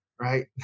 Right